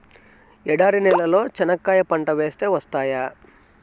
ఎడారి నేలలో చెనక్కాయ పంట వేస్తే వస్తాయా?